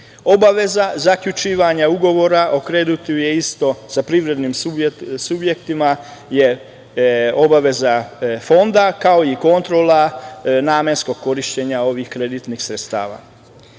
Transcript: Obaveza zaključivanja ugovora o kreditu je isto sa privrednim subjektima je obaveza Fonda, kao i kontrola namenskog korišćenja ovih kreditnih